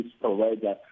provider